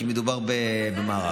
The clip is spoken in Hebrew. כי מדובר במערך.